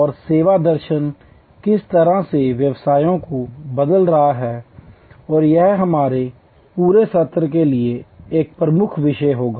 और सेवा दर्शन किस तरह से व्यवसायों को बदल रहा है और यह हमारे पूरे सत्र के लिए एक मुख्य विषय होगा